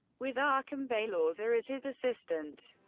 with um achim beierlorzer as his assistant.